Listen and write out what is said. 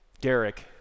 Derek